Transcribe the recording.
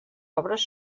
obres